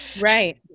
Right